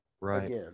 right